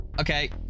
Okay